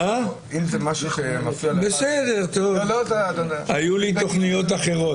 היו לי תוכניות אחרות.